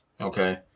okay